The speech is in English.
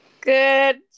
good